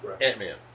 Ant-Man